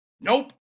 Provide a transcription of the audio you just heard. Nope